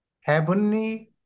heavenly